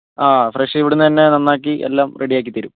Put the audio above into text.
ആ ഫ്രഷ് ഇവിടെ നിന്നുതന്നെ നന്നാക്കി എല്ലാം റെഡി ആക്കിത്തരും